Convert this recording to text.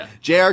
JR